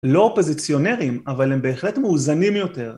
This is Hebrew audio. לא אופוזיציונרים, אבל הם בהחלט מאוזנים יותר.